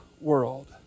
world